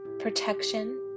protection